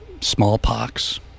Smallpox